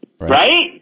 right